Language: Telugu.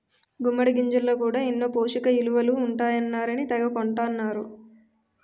గుమ్మిడి గింజల్లో కూడా ఎన్నో పోసకయిలువలు ఉంటాయన్నారని తెగ కొంటన్నరు